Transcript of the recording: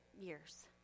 years